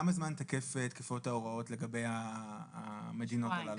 זמן תקפות ההוראות לגבי המדינות הללו?